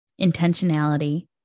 intentionality